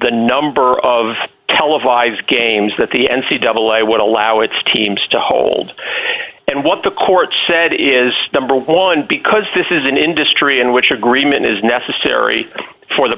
the number of televised games that the n c devil i would allow its teams to hold and what the court said is number one because this is an industry in which agreement is necessary for the